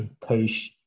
push